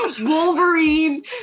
Wolverine